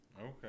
Okay